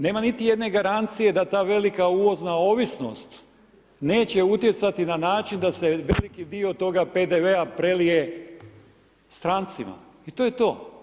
Nema niti jedne garancije da ta velika uvozna ovisnost neće utjecati na način da se veliki dio toga PDV-a prelije strancima i to je to.